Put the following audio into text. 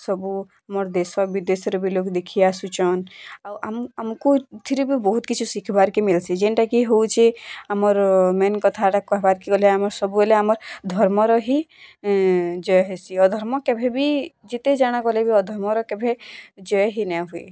ସବୁ ମୋର୍ ଦେଶ ବିଦେଶରେ ବି ଲୋକ୍ ଦେଖି ଆସୁଛନ୍ ଆଉ ଆମକୁ ଆମକୁ ଏଥିରେ ବହୁତ୍ କିଛି ଶଖିବାର୍ କେ ମିଲ୍ସି ଯେନ୍ଟା କି ହେଉଛି ଆମର୍ ମେନ୍ କଥାଟା କହିବାର୍ କେ ଗଲେ ଆମର୍ ସବୁବେଲେ ଆମର୍ ଧର୍ମର ହିଁ ଜୟ ହେସି ଅଧର୍ମ କେବେ ବି ଯେତେ ଜାଣା କଲେ ବି ଅଧର୍ମର କେବେ ଜୟ ହି ନାଇଁ ହୁଏ